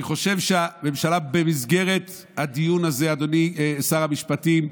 אני חושב שהממשלה, במסגרת הדיון הזה, שר המשפטים,